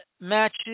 matches